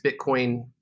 Bitcoin